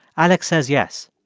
alex says yes.